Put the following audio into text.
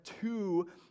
two